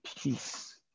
peace